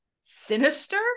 sinister